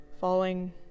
Falling